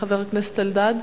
חבר הכנסת אלדד?